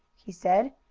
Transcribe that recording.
he said.